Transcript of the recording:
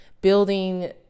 building